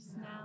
now